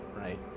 right